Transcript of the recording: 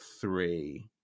three